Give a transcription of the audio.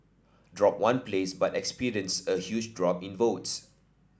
drop one place but experienced a huge drop in votes